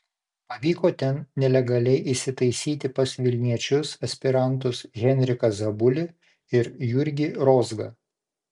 pavyko ten nelegaliai įsitaisyti pas vilniečius aspirantus henriką zabulį ir jurgį rozgą